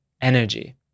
energy